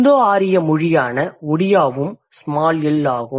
இந்தோ ஆரிய மொழியான ஒடியா உம் ஸ்மால் எல் ஆகும்